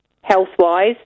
health-wise